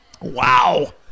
Wow